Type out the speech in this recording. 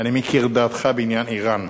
אני מכיר את דעתך בעניין אירן.